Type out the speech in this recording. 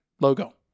logo